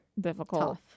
difficult